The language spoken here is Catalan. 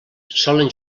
solen